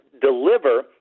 deliver